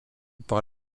par